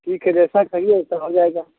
ठीक है जैसा कहिए वैसा हो जाएगा